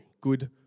Good